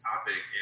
Topic